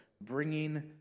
bringing